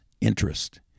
interest